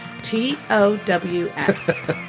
T-O-W-S